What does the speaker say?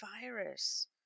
virus